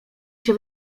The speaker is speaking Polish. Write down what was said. się